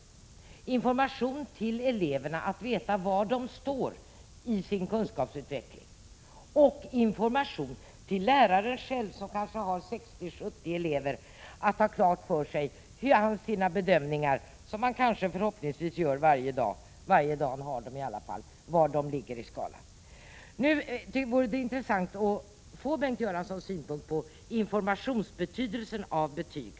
De är information till eleverna om var de står i sin kunskapsutveckling och information till läraren själv — som kanske har 60-70 elever — om var han bedömt att eleverna ligger på skalan, en bedömning som han förhoppningsvis gör varje dag han har dem. Det vore intressant att få höra Bengt Göranssons syn på informationsbetydelsen av betyg.